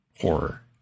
horror